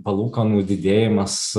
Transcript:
palūkanų didėjimas